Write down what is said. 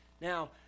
Now